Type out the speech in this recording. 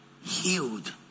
healed